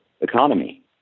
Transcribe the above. economy